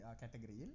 category